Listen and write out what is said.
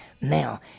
Now